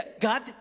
God